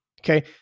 Okay